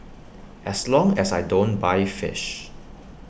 as long as I don't buy fish